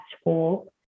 school